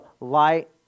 light